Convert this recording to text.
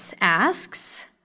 asks